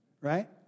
Right